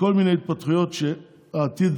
כל מיני התפתחויות, שהעתיד